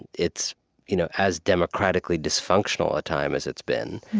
it's you know as democratically dysfunctional a time as it's been.